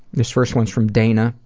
this first one's from dana,